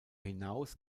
hinaus